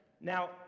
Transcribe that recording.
Now